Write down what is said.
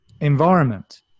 environment